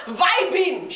vibing